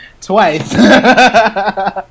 twice